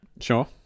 Sure